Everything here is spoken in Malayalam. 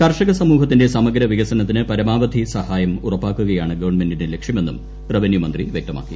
കർഷക സമൂഹത്തിന്റെ സമഗ്രവികസനത്തിന് പരമാവധി സഹായം ഉറപ്പാക്കുകയാണ് ഗവൺമെന്റിന്റെ ലക്ഷ്യമെന്നും റവന്യൂമന്ത്രി വൃക്തമാക്കി